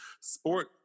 sport